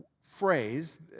phrase